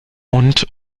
und